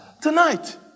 tonight